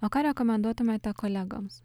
o ką rekomenduotumėte kolegoms